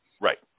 Right